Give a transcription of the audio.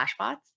Flashbots